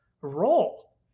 role